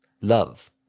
Love